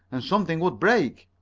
and something would break.